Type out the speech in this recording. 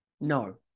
No